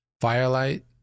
firelight